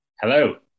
Hello